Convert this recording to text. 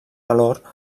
valor